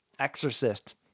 Exorcist